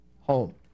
home